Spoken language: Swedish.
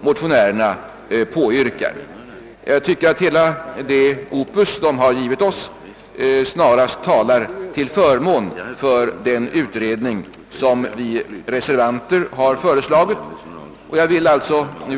motionärerna påyrkar, eftersom hela det opus styrelsen har gett oss snarast talar till förmån för den utredning som vi reservanter har föreslagit. Herr talman!